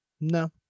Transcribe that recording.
No